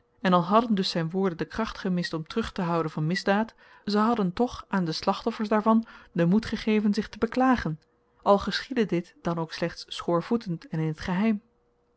en al hadden dus zyn woorden de kracht gemist om terugtehouden van misdaad ze hadden toch aan de slachtoffers daarvan den moed gegeven zich te beklagen al geschiedde dit dan ook slechts schoorvoetend en in t geheim